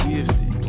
Gifted